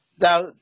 now